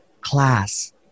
class